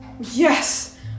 yes